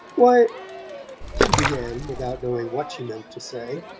why she began, without knowing what she meant to say.